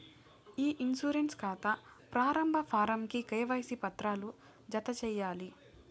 ఇ insurance కాతా ప్రారంబ form కి కేవైసీ పత్రాలు జత చేయాలి